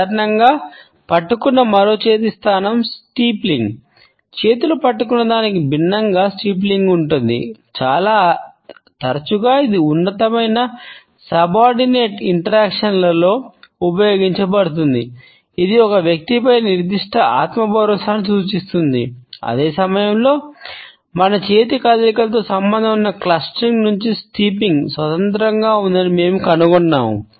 సాధారణంగా పట్టుకున్న మరో చేతి స్థానం స్టీప్లింగ్ స్వతంత్రంగా ఉందని మేము కనుగొన్నాము